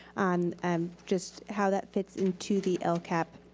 and um just how that fits into the lcap,